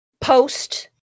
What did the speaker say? post